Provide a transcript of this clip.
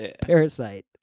Parasite